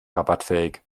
rabattfähig